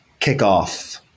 kickoff